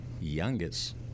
Youngest